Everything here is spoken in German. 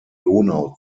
donau